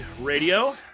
Radio